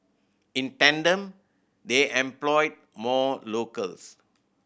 in tandem they employed more locals